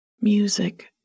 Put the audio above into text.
Music